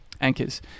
anchors